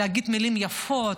להגיד מילים יפות,